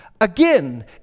Again